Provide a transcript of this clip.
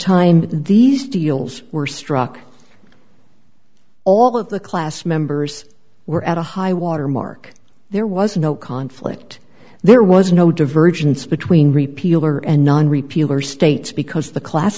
time these deals were struck all of the class members were at a high watermark there was no conflict there was no divergence between repeal or and non repeal or states because the class